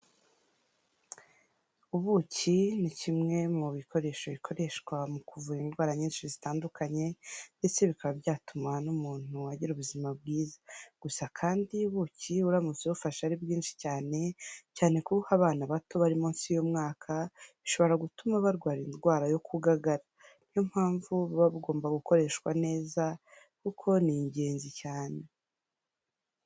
Ubuki ni kimwe mu bikoresho bikoreshwa mu kuvura indwara nyinshi zitandukanye ndetse bikaba byatuma n'umuntu agira ubuzima bwiza, gusa kandi ubuki uramutse ubafashe ari bwinshi cyane, cyane kubuha abana bato bari munsi y'umwaka, bishobora gutuma barwara indwara yo kugagara. Ni yo mpamvu buba bagomba gukoreshwa neza kuko ni ingenzi cyane.